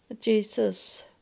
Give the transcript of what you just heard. Jesus